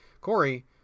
Corey